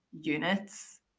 units